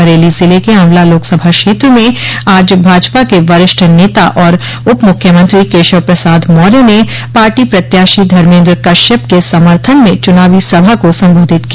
बरेली जिले के ऑवला लोकसभा क्षेत्र में आज भाजपा के वरिष्ठ नेता और उपमुख्यमंत्री केशव प्रसाद मौर्य ने पार्टी प्रत्याशी धर्मेन्द्र कश्यप के समर्थन में चूनावी सभा को सम्बोधित किया